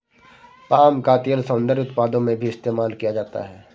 palm का तेल सौन्दर्य उत्पादों में भी इस्तेमाल किया जाता है